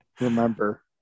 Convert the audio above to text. remember